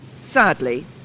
Sadly